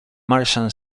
martian